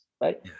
right